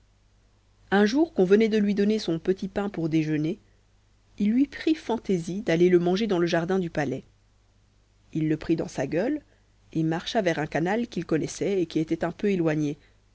un jour qu'on venait de lui donner son petit pain pour déjeuner il lui prit fantaisie d'aller le manger dans le jardin du palais il le prit dans sa gueule et marcha vers un canal qu'il connaissait et qui était un peu éloigné